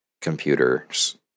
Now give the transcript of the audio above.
computers